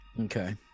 Okay